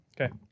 Okay